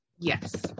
Yes